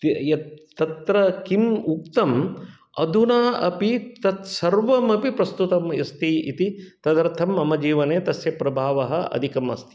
यत् तत्र किम् उक्तम् अधुना अपि तत्सर्वमपि प्रस्तुतम् अस्ति इति तदर्थं मम जीवने तस्य प्रभावः अधिकम् अस्ति